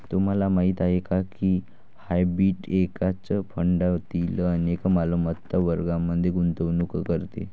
तुम्हाला माहीत आहे का की हायब्रीड एकाच फंडातील अनेक मालमत्ता वर्गांमध्ये गुंतवणूक करते?